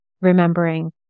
remembering